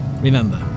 remember